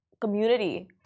community